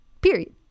Period